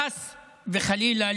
חס וחלילה,